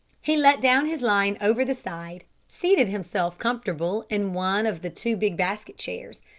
he let down his line over the side, seated himself comfortable in one of the two big basket chairs,